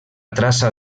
traça